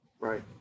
Right